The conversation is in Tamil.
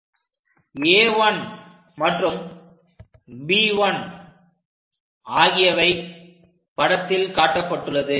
A 1 மற்றும் B 1 ஆகியவை படத்தில் காட்டப்பட்டுள்ளது